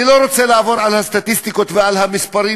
אני לא רוצה לעבור על הסטטיסטיקות ועל המספרים,